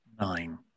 Nine